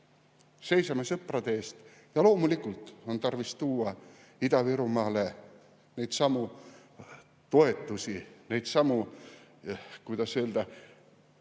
seisame sõprade eest ja loomulikult on tarvis tuua Ida-Virumaale neidsamu toetusi, neidsamu, kuidas öelda,